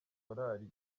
korali